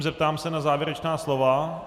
Zeptám se na závěrečná slova.